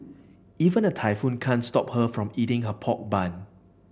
even a typhoon can't stop her from eating her pork bun